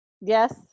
Yes